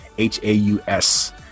H-A-U-S